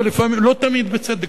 לא תמיד בצדק,